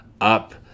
up